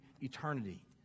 eternity